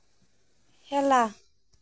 খেলা